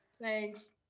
Thanks